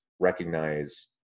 recognize